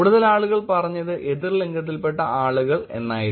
കൂടുതൽ ആളുകൾ പറഞ്ഞത് എതിർലിംഗത്തില്പെട്ട ആളുകൾ എന്നായിരുന്നു